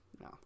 no